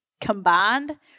combined